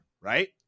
right